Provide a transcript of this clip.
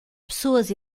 pessoas